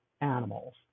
animals